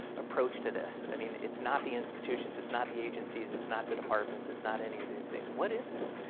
approach to this. i mean it's not the institutions, it's not the agencies, it's not the departments, it's not any of those things what is it?